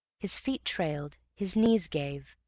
his feet trailed, his knees gave,